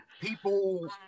people